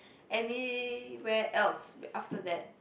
anywhere else after that